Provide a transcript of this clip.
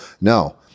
No